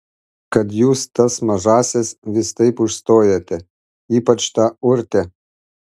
kad jūs tas mažąsias vis taip užstojate ypač tą urtę